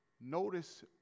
Notice